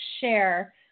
share